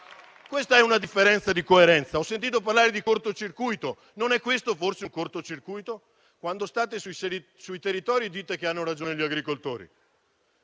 Questa è una differenza di coerenza. Ho sentito parlare di cortocircuito. Non è questo forse un cortocircuito? Quando state sui territori, dite che hanno ragione gli agricoltori